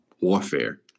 warfare